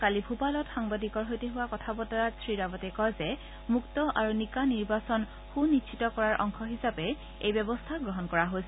কালি ভূপালত সাংবাদিকৰ সৈতে হোৱা কথা বতৰাত শ্ৰী ৰাৱটে কয় যে মুক্ত আৰু নিকা নিৰ্বাচন সুনিশ্চিত কৰাৰ অংশ হিচাপে এই ব্যৱস্থা গ্ৰহণ কৰা হৈছে